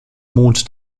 mond